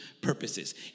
purposes